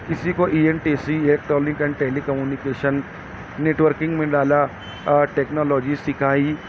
کسی کو E M T C A public and telecommunication networking میں ڈالا ٹیکنالوجی سکھائی